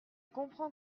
comprends